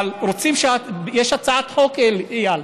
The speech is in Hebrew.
אבל יש הצעת חוק, איל,